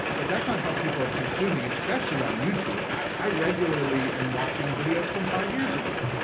but that's not how people are consuming, especially on youtube. i regularly am watching videos from five years ago.